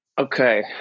Okay